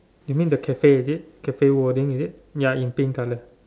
you mean the cafe is it cafe wording is it ya in pink colour